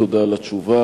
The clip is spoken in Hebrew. תודה על התשובה.